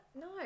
no